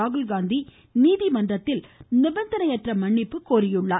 ராகுல்காந்தி நீதிமன்றத்தில் நிபந்தனையற்ற மன்னிப்பு கோரினார்